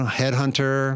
headhunter